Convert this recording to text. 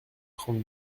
trente